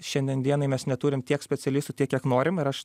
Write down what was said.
šiandien dienai mes neturim tiek specialistų tiek kiek norim ir aš